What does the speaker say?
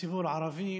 לציבור הערבי.